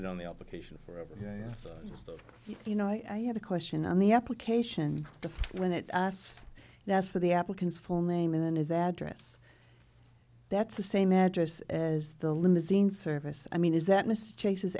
been on the application for yasser so you know i have a question on the application when it us now is for the applicants full name and his address that's the same address as the limousine service i mean is that mr chase